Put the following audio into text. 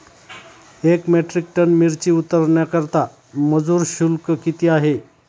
एक metric ton मिरची उतरवण्याकरता मजूर शुल्क किती आहे?